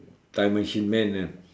time machine man lah